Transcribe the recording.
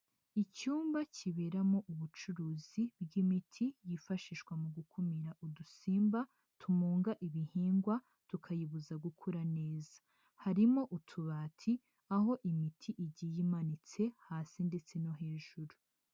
Icyumba kiberamo ubucuruzi bw'imiti yifashishwa mu gukumira udusimba tumunga ibihingwa, tukayibuza gukura neza, harimo utubati aho imiti igimanitse hasi ndetse no hejuru.